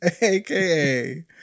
AKA